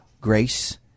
Grace